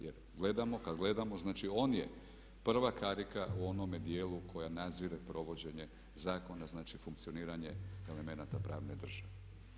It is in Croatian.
Jer kad gledamo znači on je prva karika u onome dijelu koja nadzire provođenje zakona, znači funkcioniranje elemenata pravne države.